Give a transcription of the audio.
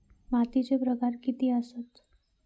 मातीचे प्रकार किती आसत?